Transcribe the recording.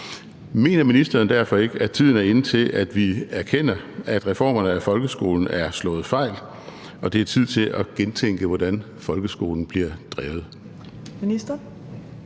mener ministeren derfor ikke, at tiden er inde til, at vi erkender, at reformerne af folkeskolen er slået fejl, og det er tid til at gentænke hvordan folkeskolen bliver drevet?